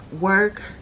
work